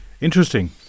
Interesting